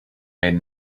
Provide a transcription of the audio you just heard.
made